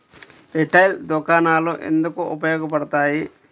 Retail దుకాణాలు ఎందుకు ఉపయోగ పడతాయి?